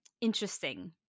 interesting